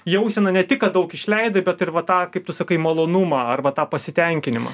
jauseną ne tik kad daug išleidai bet ir va tą kaip tu sakai malonumą arba tą pasitenkinimą